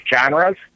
genres